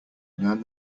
learn